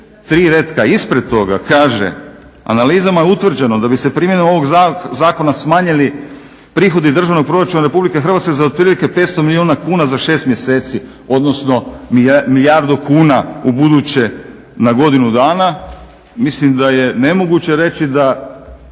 ispred toga kaže analizama je utvrđeno da bi se primjenom ovog zakona smanjili prihodi državnog proračuna Republike Hrvatske za otprilike 500 milijuna kuna za 6 mjeseci, odnosno milijardu kuna u buduće na godinu dana. Mislim da je nemoguće reći da